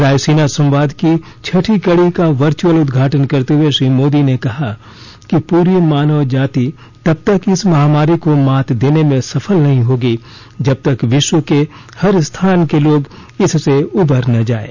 रायसीना संवाद की छठी कड़ी का वर्चुअल उद्घाटन करते हुए श्री मोदी ने कहा कि पूरी मानवजाति तब तक इस महामारी को मात देने में सफल नहीं होगी जब तक विश्व के हर स्थान के लोग इससे उबर न जायें